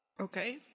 Okay